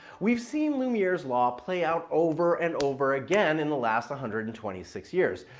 we've seen lumiere's law play out over and over again in the last one hundred and twenty six years.